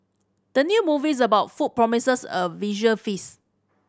the new movies about food promises a visual feast